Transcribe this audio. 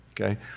okay